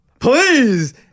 please